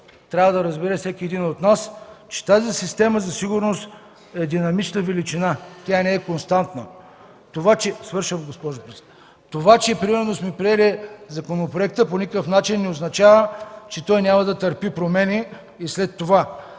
трябва да разбере всеки един от нас, е, че тази система за сигурност е динамична величина. Тя не е константа. Това, че сме приели законопроекта, по никакъв начин не означава, че той няма да търпи промени и след това.